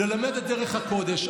ללמד את דרך הקודש.